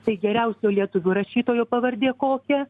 tai geriausio lietuvių rašytojo pavardė kokia